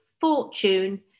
fortune